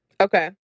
Okay